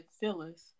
Phyllis